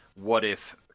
what-if